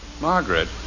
Margaret